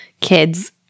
kids